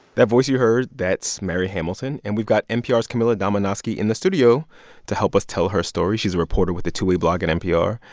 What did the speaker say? that voice you heard, that's mary hamilton. and we've got npr's camila domonoske in the studio to help us tell her story. she's a reporter with the two-way blog at npr,